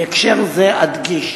בהקשר זה אדגיש